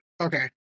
Okay